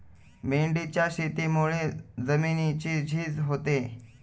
मेंढीच्या शेतीमुळे जमिनीची झीज होते